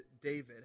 David